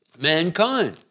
mankind